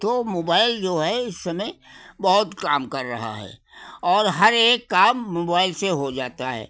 तो मोबाइल जो है इस समय बहुत काम कर रहा है और हर एक काम मोबाइल से हो जाता है